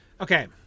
Okay